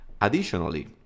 Additionally